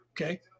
Okay